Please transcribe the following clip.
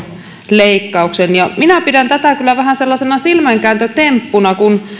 leikkauksen minä pidän tätä kyllä vähän sellaisena silmänkääntötemppuna kun